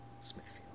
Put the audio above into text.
Smithfield